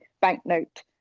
banknote